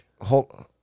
Hold